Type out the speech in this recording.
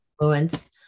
influence